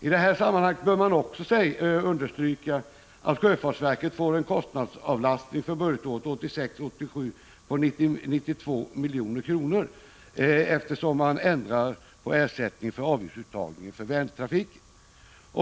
I det sammanhanget bör man också understryka att sjöfartsverket får en kostnadsavlastning för budgetåret 1986/87 på 92 milj.kr., eftersom man ändrar på ersättningen för avgiftsuttag på Vänertrafiken.